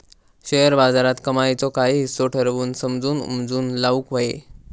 share बाजारात कमाईचो काही हिस्सो ठरवून समजून उमजून लाऊक व्हये